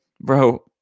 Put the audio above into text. Bro